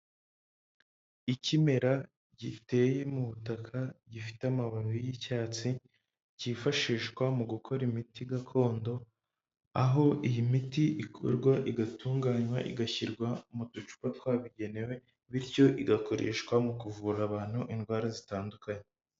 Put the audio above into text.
Ikimera giteye mu butaka gifite amababi y'icyatsi cyifashishwa mu gukora imiti gakondo, aho iyi miti ikorwa igatunganywa igashyirwa mu ducupa twabigenewe, bityo igakoreshwa mu kuvura abantu indwara zitandukanye